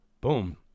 boom